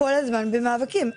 כל הזמן במאבקים,